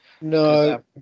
No